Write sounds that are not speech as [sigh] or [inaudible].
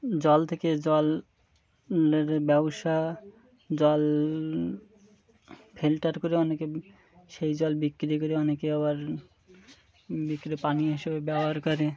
জল থেকে জল [unintelligible] ব্যবসা জল ফিল্টার করে অনেকে সেই জল বিক্রি করে অনেকে আবার বিক্রি পানীয় হিসেবে ব্যবহার করে